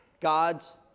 God's